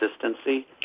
consistency